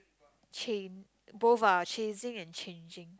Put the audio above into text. change both ah chasing and changing